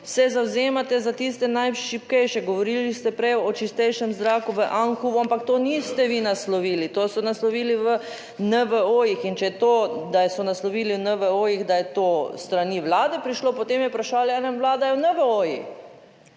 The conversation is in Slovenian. se zavzemate za tiste najšibkejše. Govorili ste prej o čistejšem zraku v Anhovu, ampak to niste vi naslovili, to so naslovili v NVO-jih in, če je to, da so naslovili v NVO-jih, da je to s strani Vlade prišlo, potem je / nerazumljivo/ NVO-jih,